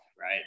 right